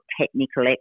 technical